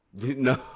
no